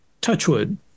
Touchwood